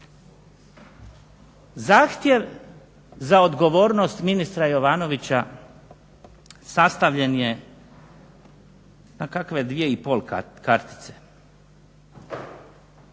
Zahtjev za odgovornost ministra Jovanovića sastavljen je na kakve dvije i pol kartice.